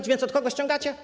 A więc od kogo ściągacie?